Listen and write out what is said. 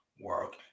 work